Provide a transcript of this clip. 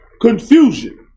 confusion